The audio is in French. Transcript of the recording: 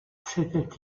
s’était